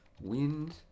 wind